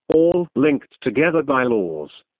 all linked together by laws.